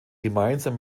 gemeinsam